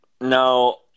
No